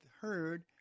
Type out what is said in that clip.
heard